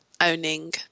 owning